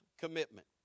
commitment